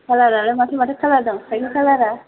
कालारालाय माथो माथो कालार दं साइकेल कालारा